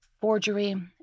forgery